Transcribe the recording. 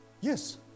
Yes